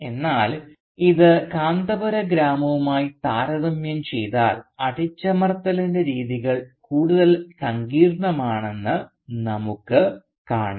എന്നാൽ ഇത് കാന്തപുര ഗ്രാമവുമായി താരതമ്യം ചെയ്താൽ അടിച്ചമർത്തലിൻറെ രീതികൾ കൂടുതൽ സങ്കീർണ്ണമാണെന്ന് നമുക്ക് കാണാം